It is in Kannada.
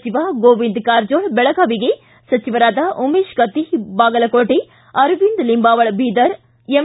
ಸಚಿವ ಗೋವಿಂದ ಕಾರಜೋಳ ಬೆಳಗಾವಿಗೆ ಸಚಿವರಾದ ಉಮೇಶ್ ಕತ್ತಿ ಬಾಗಲಕೋಟೆ ಅರವಿಂದ ಲಿಂಬಾವಳಿ ಬೀದರ್ ಎಂ